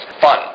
Fun